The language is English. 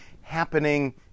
happening